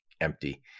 empty